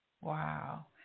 Wow